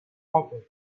opened